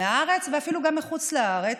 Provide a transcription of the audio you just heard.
מהארץ ואפילו מחוץ לארץ.